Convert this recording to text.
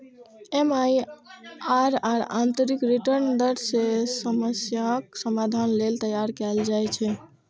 MIRR आंतरिक return दर के समस्याक समाधान लेल तैयार कैल जाइ छै